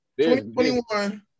2021